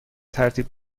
ترتیب